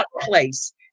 place